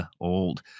old